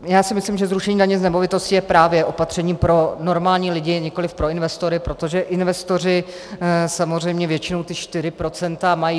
Já si myslím, že zrušení daně z nemovitosti je právě opatřením pro normální lidi, nikoliv pro investory, protože investoři samozřejmě většinou ta 4 % mají.